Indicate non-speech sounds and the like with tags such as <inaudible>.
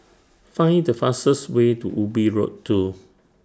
<noise> Find The fastest Way to Ubi Road two